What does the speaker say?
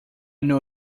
know